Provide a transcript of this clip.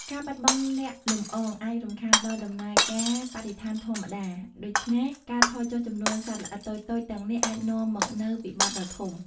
ការបាត់បង់អ្នកលំអងអាចរំខានដល់ដំណើរការបរិស្ថានធម្មតា ដូច្នេះ ការថយចុះចំនួនសត្វល្អិតតូចៗទាំងនេះអាចនាំមកនូវវិបត្តិដ៏ធំ។